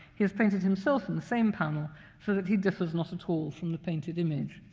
he has painted himself in the same panel so that he differs not at all from the painted image.